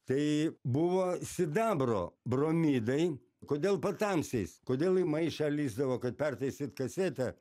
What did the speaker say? tai buvo sidabro bromidai kodėl patamsiais kodėl į maišą lįsdavo kad pertaisyt kasetę